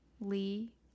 Lee